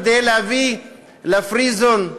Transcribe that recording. כדי להביא ל-Free Zone,